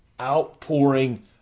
outpouring